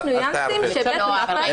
יש ניואנסים שבית משפט --- בדיוק.